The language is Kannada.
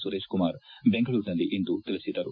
ಸುರೇಶ್ ಕುಮಾರ್ ಬೆಂಗಳೂರಿನಲ್ಲಿಂದು ತಿಳಿಸಿದರು